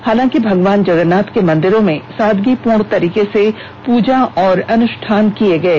हालाकि भगवान जगन्नाथ के मंदिरों में सादगी पूर्ण तरीके से पूजा और अनुष्ठान किए गये